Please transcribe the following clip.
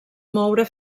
moure